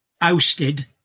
ousted